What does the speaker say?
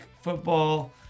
football